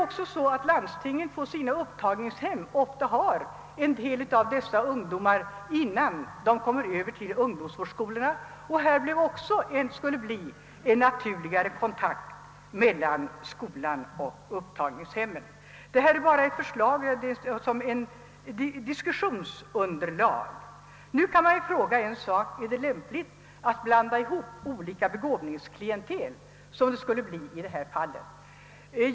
Landstingen har vidare på sina upptagningshem en hel del av dessa ungdomar innan de kommer över till ungdomsvårdsskolorna. Även här skulle det bli en naturligare kontakt mellan skolan och upptagningshemmet. Detta är bara ett förslag avsett som ett diskussionsunderlag. Man kan naturligtvis fråga, om det är lämpligt att blanda ihop ett skiftande begåvningsklientel, såsom i så fall skulle bli fallet.